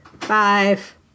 five